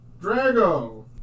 Drago